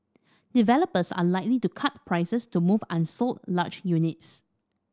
developers are likely to cut prices to move unsold large units